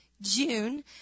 June